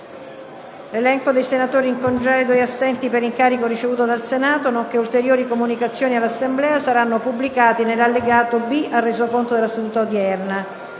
L'elenco dei senatori in congedo e assenti per incarico ricevuto dal Senato, nonché ulteriori comunicazioni all'Assemblea saranno pubblicati nell'allegato B al Resoconto della seduta odierna.